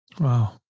Wow